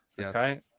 Okay